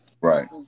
Right